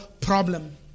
problem